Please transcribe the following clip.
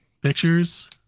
pictures